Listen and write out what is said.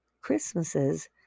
Christmases